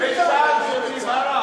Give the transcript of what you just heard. בצה"ל שותים עראק?